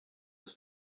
just